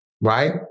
right